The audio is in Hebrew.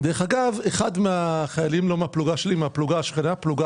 דרך אגב, אחד מהחיילים מפלוגה א',